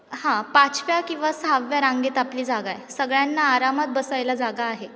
हां पाचव्या किंवा सहाव्या रांगेत आपली जागा आहे सगळ्यांना आरामात बसायला जागा आहे